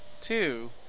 two